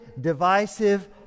divisive